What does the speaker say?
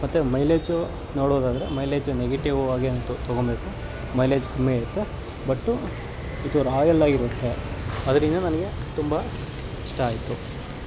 ಮತ್ತು ಮೈಲೇಜು ನೋಡೋದಾದರೆ mileage negative ಆಗೇ ತೊಗೊಬೇಕು ಮೈಲೇಜ್ ಕಮ್ಮಿಇರುತ್ತೆ ಬಟ್ಟು ಇದು ರಾಯಲಾಗಿರುತ್ತೆ ಅದರಿಂದ ನನಗೆ ತುಂಬ ಇಷ್ಟ ಆಯಿತು